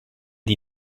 die